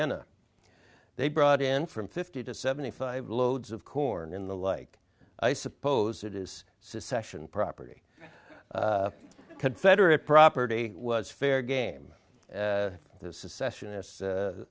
end they brought in from fifty to seventy five loads of corn in the like i suppose it is secession property confederate property was fair game